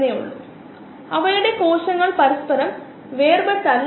ഗ്ലൂക്കോസിനുള്ള വളരെ സാധാരണമായ ബദലുകൾ നിങ്ങൾക്കറിയാവുന്ന അന്നജമാണ് നിങ്ങൾക്കറിയാവുന്ന അതേ അന്നജം